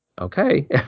Okay